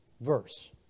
verse